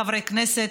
חברי הכנסת,